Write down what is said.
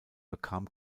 bekam